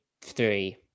three